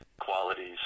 qualities